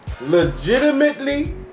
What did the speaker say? Legitimately